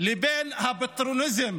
לבין הפטרנליזם